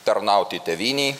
tarnauti tėvynei